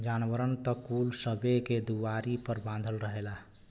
जानवरन त कुल सबे के दुआरी पर बँधल रहेला